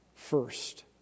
first